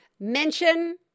Mention